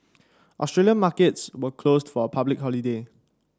Australian markets were closed for a public holiday